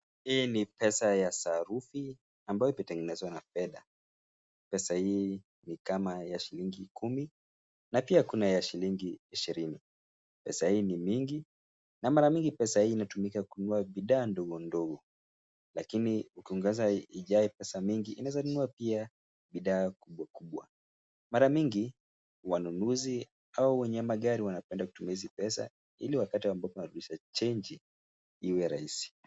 Hii ni pesa ya sarufi ambayo imetengenezwa na fedha. Pesa hii ni kama ya shilingi kumi na pia kuna ya shilingi ishirini. Pesa hii ni mingi na mara mingi, pesa hii inatumika kununua bidhaa ndogo ndogo lakini ukiongeza ijae pesa mingi, inaweza nunua pia bidhaa kubwa kubwa. Mara mingi, wanunuzi au wenye magari wanapenda kutumia hizi pesa ili wakati ambapo wanakosa chenji , iwe rahisi.